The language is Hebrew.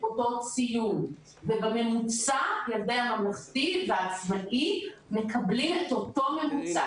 אותו ציון ובממוצע ילדי הממלכתי והעצמאי מקבלים את אותו ממוצע.